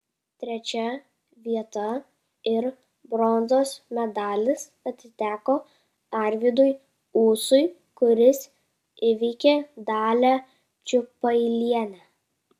trečia vieta ir bronzos medalis atiteko arvydui ūsui kuris įveikė dalią čiupailienę